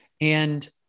And-